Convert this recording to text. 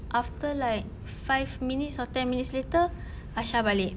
after like five minutes or ten minutes later aisha balik